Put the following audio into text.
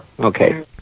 Okay